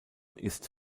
ist